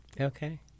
Okay